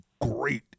great